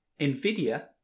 NVIDIA